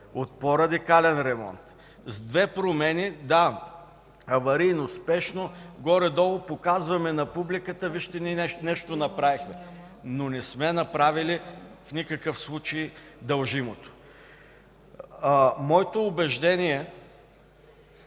от по-радикален ремонт. С две промени, да, аварийно, спешно горе-долу показваме на публиката: „Вижте, ние нещо направихме!”, но не сме направили в никакъв случай дължимото. Моето убеждение и